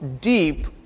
deep